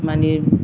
मानि